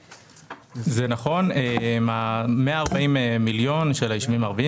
אם זה משהו שאתם כבר מעבירים 20 שנים באותה מידה,